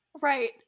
right